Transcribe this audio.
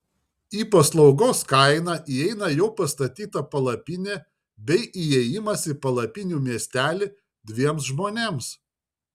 į paslaugos kainą įeina jau pastatyta palapinė bei įėjimas į palapinių miestelį dviems žmonėms